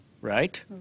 right